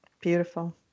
beautiful